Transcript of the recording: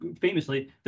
famously